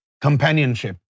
companionship